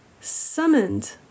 summoned